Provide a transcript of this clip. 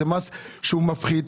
זה מס שהוא מפחית.